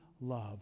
love